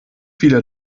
wieder